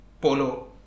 Polo